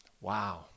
wow